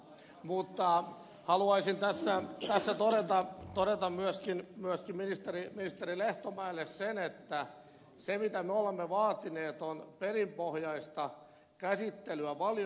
mutta haluaisin tässä todeta myöskin ministeri lehtomäelle sen että se mitä me olemme vaatineet on perinpohjainen käsittely valiokuntatasolla